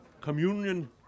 communion